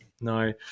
No